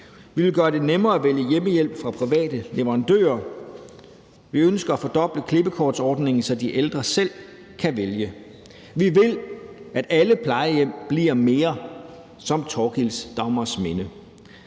Vi vil gøre det nemmere at vælge hjemmehjælp fra private leverandører, og vi ønsker at fordoble klippekortordningen, så de ældre selv kan vælge. Vi vil, at alle plejehjem bliver mere som Thorkilds Dagmarsminde.